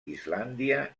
islàndia